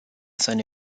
seine